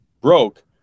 broke